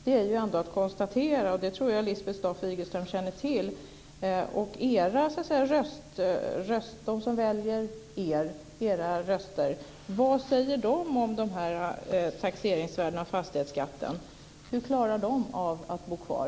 Det ska ändå konstateras och det tror jag att Lisbeth Staaf-Igelström känner till. Vad säger de som lägger en röst på er om de här taxeringsvärdena och om fastighetsskatten? Hur klarar de av att bo kvar?